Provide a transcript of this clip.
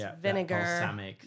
vinegar